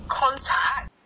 contact